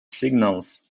signals